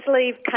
leave